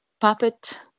puppet